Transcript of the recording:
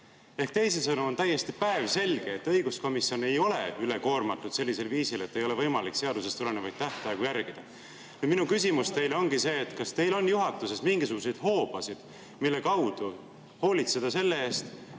Ehk teisisõnu on täiesti päevselge, et õiguskomisjon ei ole ülekoormatud sellisel viisil, et ei ole võimalik seadusest tulenevaid tähtaegu järgida. Minu küsimus teile ongi see: kas teil on juhatuses mingisuguseid hoobasid, mille kaudu hoolitseda selle eest,